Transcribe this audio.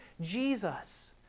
Jesus